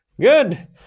Good